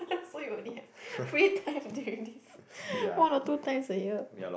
so you only have free time during this one or two times a year